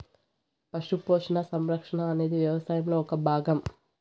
పశు పోషణ, సంరక్షణ అనేది వ్యవసాయంలో ఒక భాగం